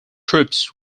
troops